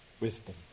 wisdom